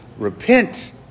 Repent